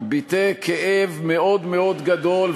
ביטא כאב מאוד מאוד גדול,